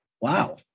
wow